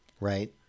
Right